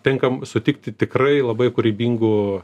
tenka sutikti tikrai labai kūrybingų